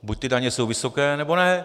Buď ty daně jsou vysoké, nebo ne.